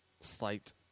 slight